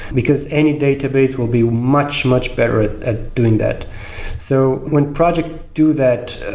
because any database will be much, much better at at doing that so when projects do that,